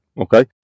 Okay